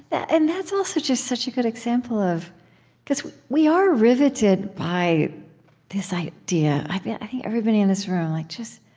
and that's also just such a good example of because we are riveted by this idea i yeah think everybody in this room like just,